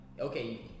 okay